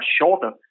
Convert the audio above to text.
shorter